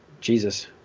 Jesus